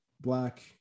black